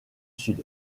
sud